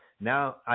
Now